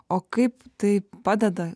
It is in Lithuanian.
o kaip tai padeda